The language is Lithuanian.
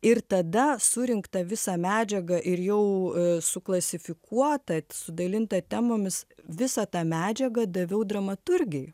ir tada surinktą visą medžiagą ir jau suklasifikuotą sudalintą temomis visą tą medžiagą daviau dramaturgei